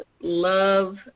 love